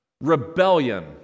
rebellion